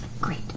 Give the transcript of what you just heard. Great